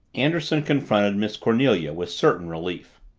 anderson confronted miss cornelia with certain relief.